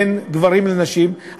בין גברים לנשים,